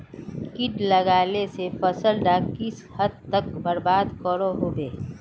किट लगाले से फसल डाक किस हद तक बर्बाद करो होबे?